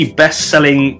best-selling